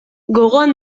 gogoan